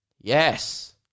Yes